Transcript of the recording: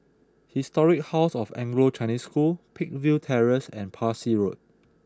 Historic House of Anglo Chinese School Peakville Terrace and Parsi Road